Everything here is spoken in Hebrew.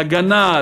להגנה,